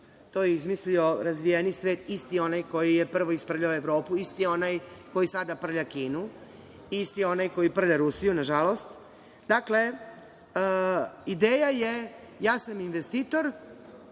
To je izmislio razvijeni svet, isti onaj koji je prvo isprljao Evropu, isti onaj koji sada prlja Kinu, isti onaj koji prlja Rusiju, nažalost. Dakle, ideja je – ja sam investitor,